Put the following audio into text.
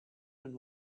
and